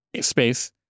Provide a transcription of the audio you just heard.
space